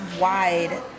wide